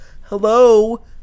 Hello